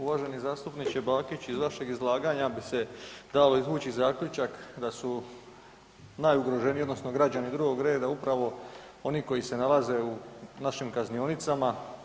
Uvaženi zastupniče Bakić iz vašeg bi se dalo izvući zaključak da su najugroženiji odnosno građani drugog reda upravo oni koji se nalaze u našim kaznionicama.